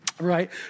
right